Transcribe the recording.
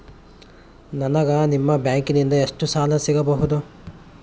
ನನಗ ನಿಮ್ಮ ಬ್ಯಾಂಕಿನಿಂದ ಎಷ್ಟು ಸಾಲ ಸಿಗಬಹುದು?